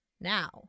Now